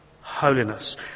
holiness